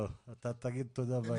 תגיד תודה בהמשך.